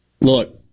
Look